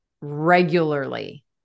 regularly